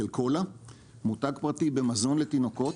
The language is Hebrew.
מותג פרטי במזון לתינוקות,